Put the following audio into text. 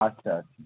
আচ্ছা আচ্ছা